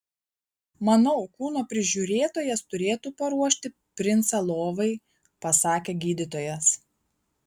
manau kūno prižiūrėtojas turėtų paruošti princą lovai pasakė gydytojas